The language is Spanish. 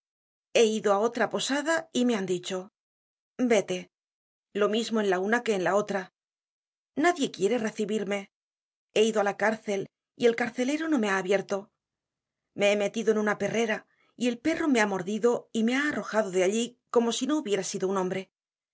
he ido á otra posada y me han dicho véte lo mismo en la una que en la otra nadie quiere recibirme he ido á la cárcel y el carcelero no me ha abierto me he metido en una perrera y el perro me ha mordido y me ha arrojado de allí como si no hubiera sido un hombre